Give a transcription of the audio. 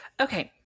Okay